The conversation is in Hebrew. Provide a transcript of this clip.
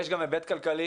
יש גם היבט כלכלי